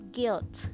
guilt